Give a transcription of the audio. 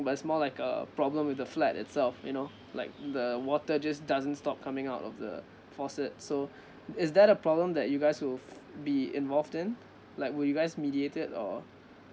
but it's more like a problem with the flat itself you know like the water just doesn't stop coming out of the faucet so uh is there a problem that you guys will f~ be involved in like will you guys mediated or